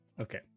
okay